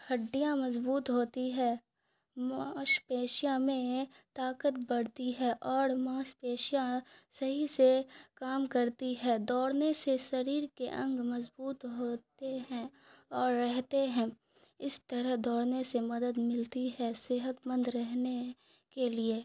ہڈیاں مضبوط ہوتی ہے مانس پیشیاں میں طاقت بڑھتی ہے اور مانس پیشیاں صحیح سے کام کرتی ہے دوڑنے سے شریر کے انگ مضبوط ہوتے ہیں اور رہتے ہیں اس طرح دوڑنے سے مدد ملتی ہے صحت مند رہنے کے لیے